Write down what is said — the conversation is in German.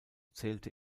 zählte